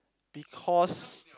because